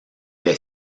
est